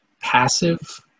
passive